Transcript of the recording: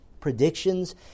predictions